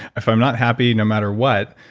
if i'm not happy no matter what,